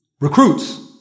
recruits